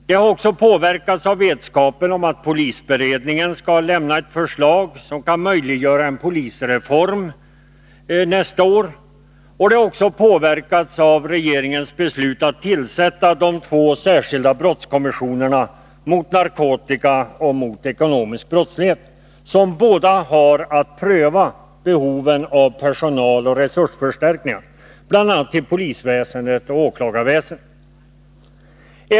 Det har också påverkats av vetskapen om att polisberedningen skall lämna ett förslag som kan möjliggöra en polisreform nästa år. Dessutom har det också påverkats av att regeringen beslutat tillsätta de två särskilda brottskommissionerna mot narkotika och ekonomisk brottslighet, som båda har att pröva behoven av personaloch resursförstärkningar — bl.a. inom polisväsendet och åklagarväsendet — på de avsnitt kommissionerna behandlar i sitt arbete.